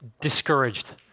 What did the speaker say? discouraged